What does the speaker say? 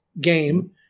game